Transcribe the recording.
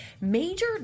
Major